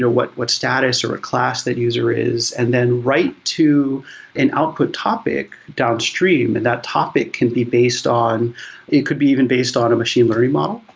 what what status or a class that user is, and then write to an output topic downstream. and that topic can be based on it could be even based on a machine learning model,